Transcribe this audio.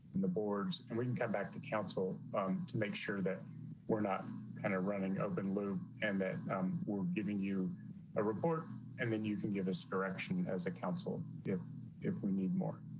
in the boards and we can come back to counsel to make sure that we're not kind of running open loop and that um we're giving you a report, and then you can give us direction as a council if if we need more